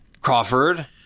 Crawford